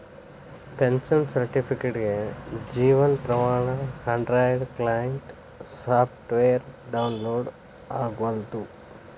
pension ಸರ್ಟಿಫಿಕೇಟ್ಗೆ Jeevan Pramaan android client software download ಆಗವಲ್ತು